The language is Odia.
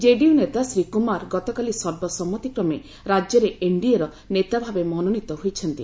ଜେଡିୟୁ ନେତା ଶ୍ରୀ କୁମାର ଗତକାଲି ସର୍ବସମ୍ମତି କ୍ରମେ ରାଜ୍ୟରେ ଏନ୍ଡିଏର ନେତାଭାବେ ମନୋନୀତ ହୋଇଛନ୍ତି